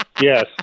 Yes